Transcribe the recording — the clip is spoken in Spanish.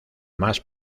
más